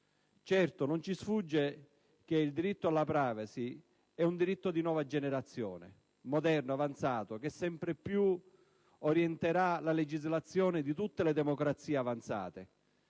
Certo, non ci sfugge che quello alla *privacy* è un diritto di nuova generazione, moderno, avanzato, che sempre più orienterà la legislazione di tutte le democrazie avanzate.